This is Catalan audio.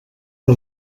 que